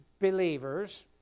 believers